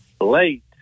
late